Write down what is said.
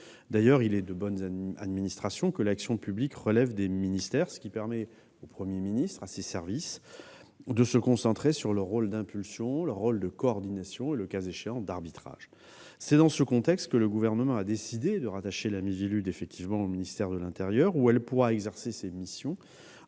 D'ailleurs, il est de bonne administration que l'action publique relève des ministères ; cela permet au Premier ministre et à ses services de se concentrer sur leur rôle d'impulsion, de coordination et d'arbitrage. C'est dans ce contexte que le Gouvernement a décidé de rattacher la Miviludes au ministère de l'intérieur, où elle pourra exercer ses missions